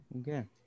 Okay